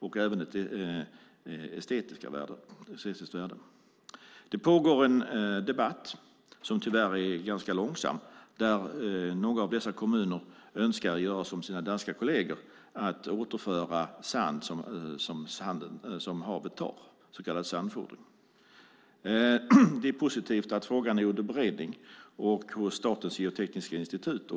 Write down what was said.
De har även estetiska värden. Det pågår en debatt som tyvärr är ganska långsam. Några av dessa kommuner önskar göra som sina danska kolleger, återföra sand som havet tar, så kallad sandfodring. Det är positivt att frågan är under beredning hos Statens geotekniska institut.